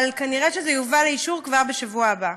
אבל כנראה זה יובא לאישור כבר בשבוע הבא.